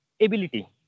ability